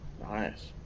Nice